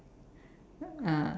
ah